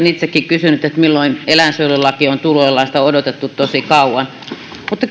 itsekin kysynyt milloin eläinsuojelulaki on tuloillaan sitä on odotettu tosi kauan mutta